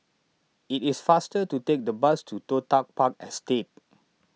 it is faster to take the bus to Toh Tuck Park Estate